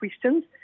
questions